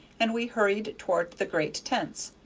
and we hurried toward the great tents,